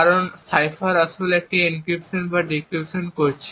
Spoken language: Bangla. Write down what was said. কারণ সাইফার আসলে একটি এনক্রিপশন বা ডিক্রিপশন করছে